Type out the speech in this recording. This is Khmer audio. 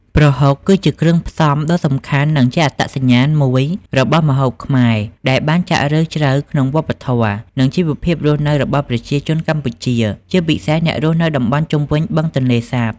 ប្រហុក គឺជាគ្រឿងផ្សំដ៏សំខាន់ និងជាអត្តសញ្ញាណមួយរបស់ម្ហូបខ្មែរ ដែលបានចាក់ឫសជ្រៅក្នុងវប្បធម៌ និងជីវភាពរស់នៅរបស់ប្រជាជនកម្ពុជា ជាពិសេសអ្នករស់នៅតំបន់ជុំវិញបឹងទន្លេសាប។